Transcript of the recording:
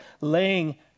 laying